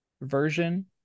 version